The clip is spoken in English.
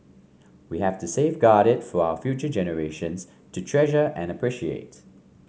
we have to safeguard it for our future generations to treasure and appreciate